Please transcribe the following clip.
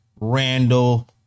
Randall